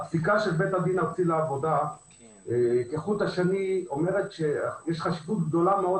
הפסיקה של בית הדין הארצי לעבודה כחוט השני אומרת שיש חשיבות גדולה מאוד